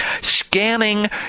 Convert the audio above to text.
scanning